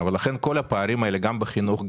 לכן כל הפערים האלה גם בחינוך,